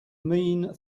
mean